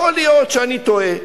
יכול להיות שאני טועה,